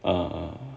err